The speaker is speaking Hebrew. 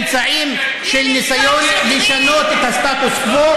בלי אמצעים של ניסיון לשנות את הסטטוס קוו.